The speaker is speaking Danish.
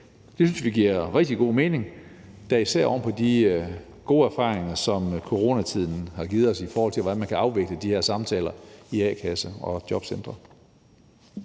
Det synes vi giver rigtig god mening – da især oven på de gode erfaringer, som coronatiden har givet os, i forhold til hvordan man kan afvikle de her samtaler i a-kasser og på jobcentre.